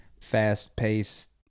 fast-paced